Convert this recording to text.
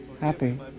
happy